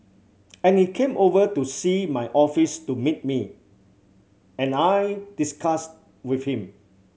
and he came over to see my office to meet me and I discussed with him